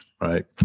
right